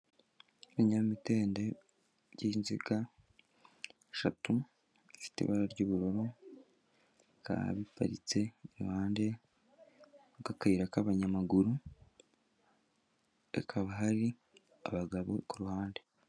Ibinyamitende by'inziga eshatu zifite ibara ry'ubururu bikaba biparitse iruhande rw'akayira k'abanyamaguru, hakaba hari abagabo ku ruhande.